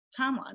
timeline